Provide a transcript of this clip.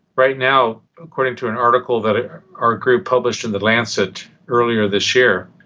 right now according to an article that our our group published in the lancet earlier this year,